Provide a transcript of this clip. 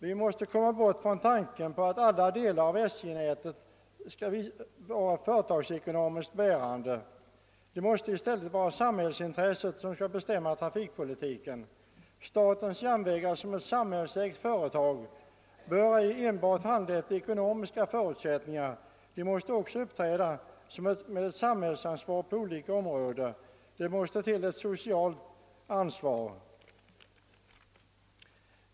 Vi måste komma bort från tanken på att alla delar av SJ-nätet skall bära sig företagsekonomiskt. Sambhällsintresset måste i stället få bestämma trafikpolitiken. Statens järnvägar bör som samhällsägt företag ej enbart handla med hänsyn till ekonomiska överväganden. Det måste också uppträda med samhällsansvar på olika områden, det måste ha ett socialt ansvar.